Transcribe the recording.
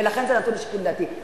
ולכן זה נתון לשיקול דעתי.